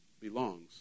belongs